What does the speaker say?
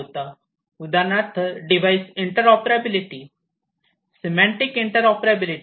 उदाहरणार्थ device interoperability semantic interoperability